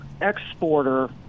exporter